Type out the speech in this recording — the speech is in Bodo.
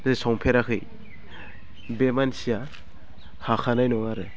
बा संफेराखै बे मानसिया हाखायनाय नङा आरो